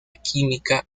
química